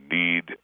need